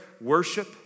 worship